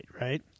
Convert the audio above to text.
right